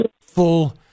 full